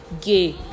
gay